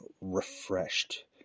refreshed